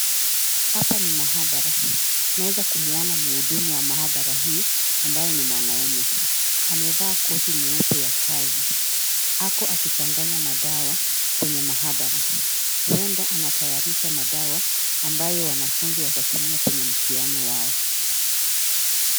Haoa ni mahabara, naweza kumuona mhudumu wa mahabara hii, ambaye ni mwanaume. Amevaa koti nyeupe ya kazi, ak akichanganya madawa kwenye mahabara. Huenda anatayarisha madawa ambaye wanafunzi watatumia kwenye mtihani wao.